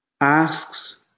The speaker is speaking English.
asks